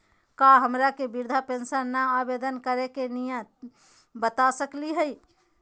का हमरा के वृद्धा पेंसन ल आवेदन करे के नियम बता सकली हई?